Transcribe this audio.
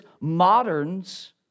Moderns